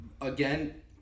again